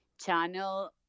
channel